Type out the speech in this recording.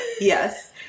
Yes